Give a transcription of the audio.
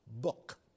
book